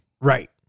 Right